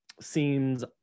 seems